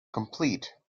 complete